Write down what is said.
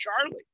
Charlie